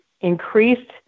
increased